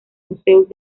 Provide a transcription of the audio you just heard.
museos